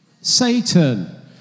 Satan